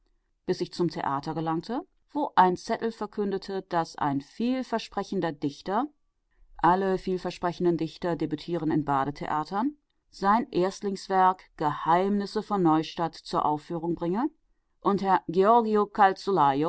bis ich zum theater gelangte wo ein zettel verkündete daß ein vielversprechender dichter alle vielversprechenden dichter debütieren in badetheatern sein erstlingswerk geheimnisse von neustadt zur aufführung bringe und herr georgio